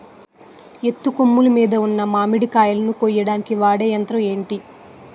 ఎత్తు కొమ్మలు మీద ఉన్న మామిడికాయలును కోయడానికి వాడే యంత్రం ఎంటి?